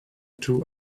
two